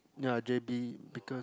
ya j_b because